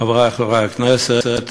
חברי חברי הכנסת,